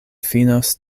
finos